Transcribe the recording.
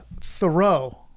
Thoreau